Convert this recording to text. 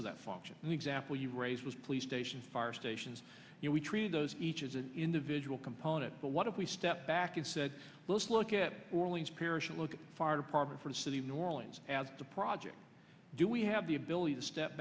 of that function example you raised was pleased patients fire stations and we treated those each as an individual component but what if we step back and said let's look at orleans parish look at the fire department for the city of new orleans as the project do we have the ability to step